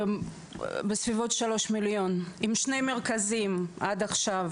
בסביבות 3 מיליון, עם שני מרכזים עד עכשיו.